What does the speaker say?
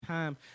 time